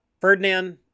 Ferdinand